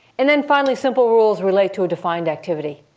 and then finally, simple rules relate to a defined activity.